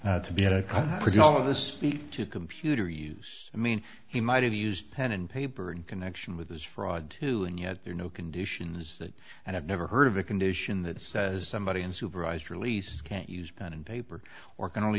produce all of this heat to computer use i mean he might have used pen and paper in connection with this fraud too and yet there are no conditions that and i've never heard of a condition that says somebody in supervised release can't use pen and paper or can only